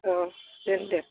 औ दोनदो